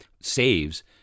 saves